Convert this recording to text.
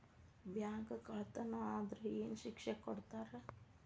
Bank ಕಳ್ಳತನಾ ಆದ್ರ ಏನ್ ಶಿಕ್ಷೆ ಕೊಡ್ತಾರ?